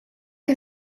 que